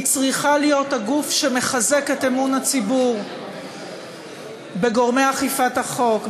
היא צריכה להיות הגוף שמחזק את אמון הציבור בגורמי אכיפת החוק,